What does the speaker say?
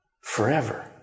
forever